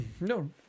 No